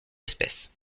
espèces